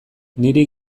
niri